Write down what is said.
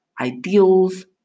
ideals